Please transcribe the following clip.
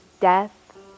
death